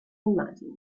immagini